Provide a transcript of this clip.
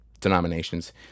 denominations